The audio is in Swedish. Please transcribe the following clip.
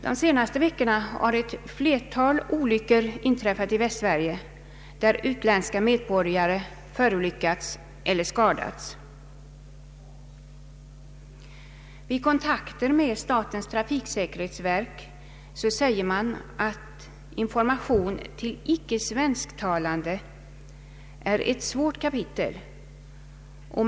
De senaste veckorna har ett flertal olyckor inträffat i Västsverige där utländska medborgare skadats eller förolyckats. Vid kontakter med statens trafiksäkerhetsverk säger man att information till icke svensktalande är ett svårt kapitel.